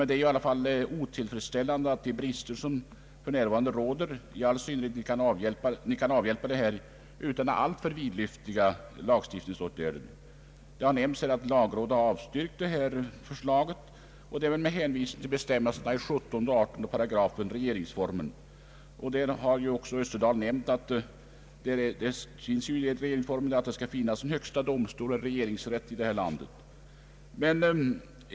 Det är i alla fall otillfredsställande med de brister som för närvarande finns, i all synnerhet som de kan avhjälpas utan alltför vidlyftiga lagstiftningsåtgärder. Det har nämnts att lagrådet har avstyrkt detta förslag och det med hänvisning till 17 och 18 88 i regeringsformen. Herr Österdahl har också nämnt att det enligt regeringsformen skall finnas en högsta domstol och en regeringsrätt i detta land.